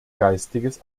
geistiges